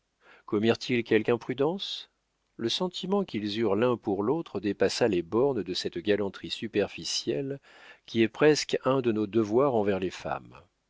commirent ils quelque imprudence le sentiment qu'ils eurent l'un pour l'autre dépassa t il les bornes de cette galanterie superficielle qui est presque un de nos devoirs envers les femmes